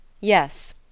Yes